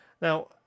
Now